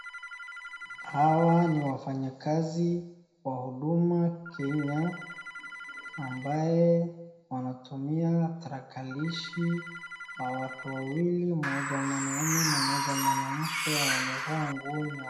Hawa ni wafanyakazi wa Huduma Kenya, ambaye wanatumia tarakalishi, na watu wawili, mmoja mwanaume na mmoja mwanamke wamevaa nguo nyeupe.